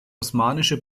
osmanische